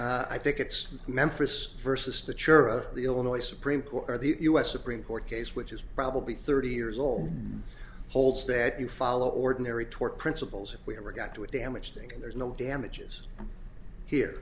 sikes i think it's memphis versus the church the illinois supreme court or the u s supreme court case which is probably thirty years old holds that you follow ordinary tort principles we ever got to a damage thing there's no damages here